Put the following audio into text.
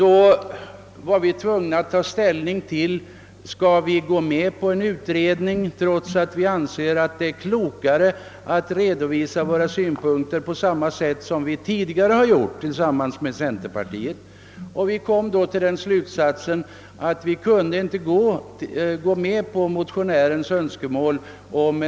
När vi skulle ta ställning till frågan, om vi skulle gå med på en utredning trots att vi ansåg att det var klokare att redovisa våra synpunkter så som vi tidigare har gjort tillsammans med centerpartiet, kom vi till den slutsatsen, att vi inte borde gå med på motionärens önskemål.